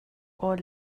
kawl